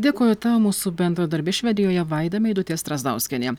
dėkoju tau mūsų bendradarbė švedijoje vaida meidutė strazdauskienė